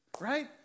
right